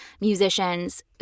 musicians